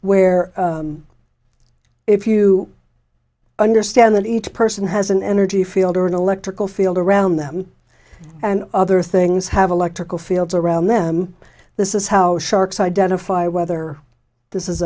where if you understand that each person has an energy field or an electrical field around them and other things have electrical fields around them this is how sharks identify whether this is